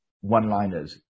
one-liners